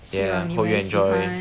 ya hope you enjoy